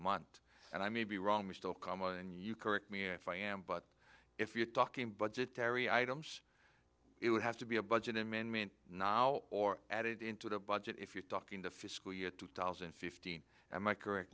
mount and i may be wrong we still comma and you correct me if i am but if you're talking budgetary items it would have to be a budget amendment or added into the budget if you're talking the fiscal year two thousand and fifteen and i correct